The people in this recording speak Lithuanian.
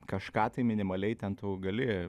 kažką tai minimaliai ten tu gali